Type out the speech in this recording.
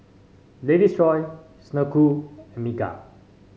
Lady's Choice Snek Ku and Megan